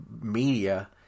media